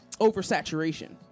oversaturation